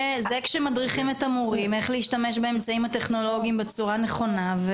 זה כשמדריכים את המורים איך להשתמש באמצעים הטכנולוגיים בצורה נכונה.